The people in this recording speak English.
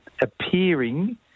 appearing